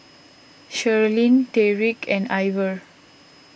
Sherlyn Tyreek and Ivor